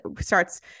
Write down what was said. starts